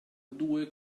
due